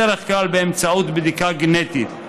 בדרך כלל באמצעות בדיקה גנטית,